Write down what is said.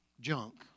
junk